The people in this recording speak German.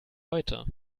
heute